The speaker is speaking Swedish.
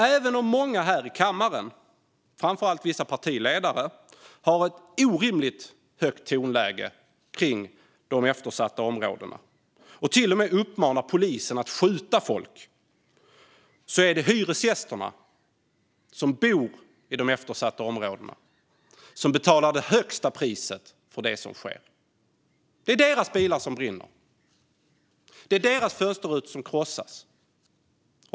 Även om många här i kammaren, framför allt vissa partiledare, har ett orimligt högt tonläge när det gäller de eftersatta områdena och till och med uppmanar polisen att skjuta folk är det hyresgästerna som bor i de eftersatta områdena som betalar det högsta priset för det som sker. Det är deras bilar som brinner. Det är deras fönsterrutor som krossas.